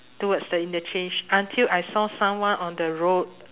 towards the interchange until I saw someone on the road